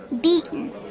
beaten